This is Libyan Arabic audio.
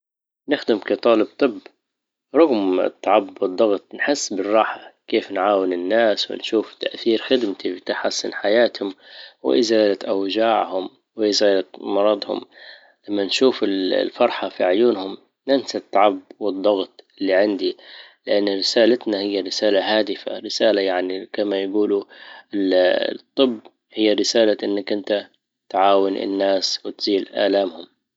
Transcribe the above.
نخدم كطالب طب، رغم التعب و الضغط نحس بالراحة كيف نعاون الناس ونشوف تأثير خدمتي في تحسن حياتهم وازالة اوجاعهم وازالة مرضهم لما نشوف الفرحة في عيونهم ننسى التعب والضغط اللي عندي لإن رسالتنا هى رسالة هادفة رسالة يعني كما يجولوا الطب هي رسالة انك انت تعاون الناس وتشيل آلامهم